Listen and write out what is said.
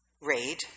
raid